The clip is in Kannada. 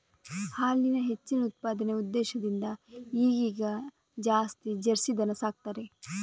ಹಾಲಿನ ಹೆಚ್ಚಿನ ಉತ್ಪಾದನೆಯ ಉದ್ದೇಶದಿಂದ ಈಗೀಗ ಜಾಸ್ತಿ ಜರ್ಸಿ ದನ ಸಾಕ್ತಾರೆ